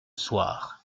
soir